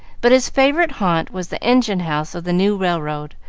but his favorite haunt was the engine-house of the new railroad,